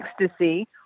ecstasy